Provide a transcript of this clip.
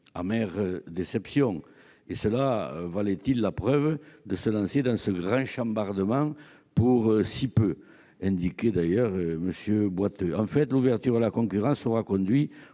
Amère déception ... Cela valait-il la peine de se lancer dans ce grand chambardement pour si peu ? demandait M. Boiteux. En fait, l'ouverture à la concurrence aura conduit